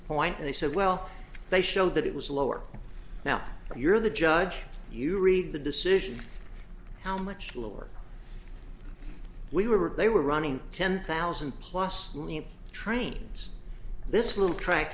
t they said well they showed that it was lower now you're the judge you read the decision how much slower we were they were running ten thousand plus trains this little track